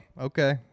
okay